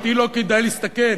אתי לא כדאי להסתכן,